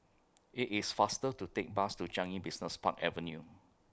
IT IS faster to Take Bus to Changi Business Park Avenue